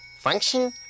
Function